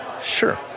Sure